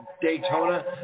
Daytona